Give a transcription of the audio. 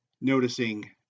noticing